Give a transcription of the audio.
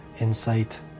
insight